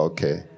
Okay